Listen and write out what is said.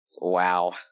Wow